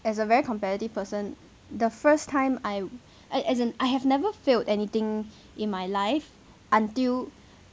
as a very competitive person the first time I I as in I have never failed anything in my life until